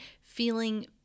feeling